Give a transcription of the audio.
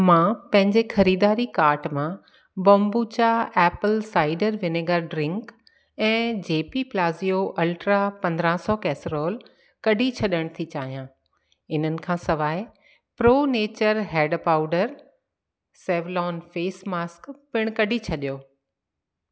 मां पंहिंजे ख़रीदारी कार्ट मां kombucha apple cider vinegar drink ऐं जे पी प्लाज़िओ अल्ट्रा पंदरहां सौ केसरोल कढी छॾणु थी चाहियां इन्हनि खां सवाइ प्रो नेचर हैड पाउडर सेवलॉन फेस मास्क पिणु कढी छॾियो